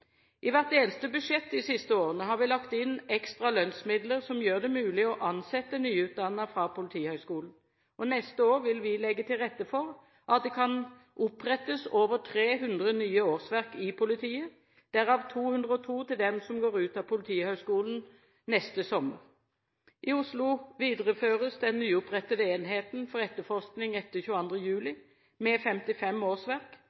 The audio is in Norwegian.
I hvert eneste budsjett de siste årene har vi lagt inn ekstra lønnsmidler som gjør det mulig å ansette nyutdannede fra Politihøgskolen. Neste år vil vi legge til rette for at det kan opprettes over 300 nye årsverk i politiet, derav 202 til dem som går ut av Politihøgskolen neste sommer. I Oslo videreføres den nyopprettede enheten for etterforskning etter 22. juli med 55 årsverk,